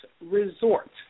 Resort